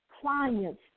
clients